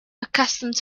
accustomed